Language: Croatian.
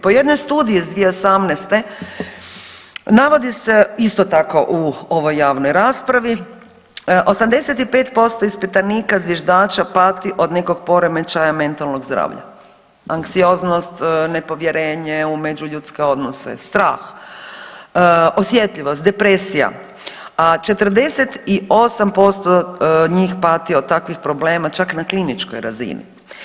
Po jednoj studiji iz 2018. navodi se isto tako u ovoj javnoj raspravi 85% ispitanika zviždača pati od nekog poremećaja mentalnog zdravlja, anksioznost, nepovjerenje u međuljudske odnose, strah, osjetljivost, depresija, a 48% njih pati od takvih problema čak na kliničkoj razini.